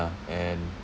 and